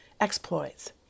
Exploits